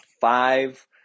five